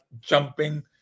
jumping